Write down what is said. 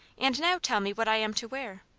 and now tell me what i am to wear.